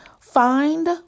Find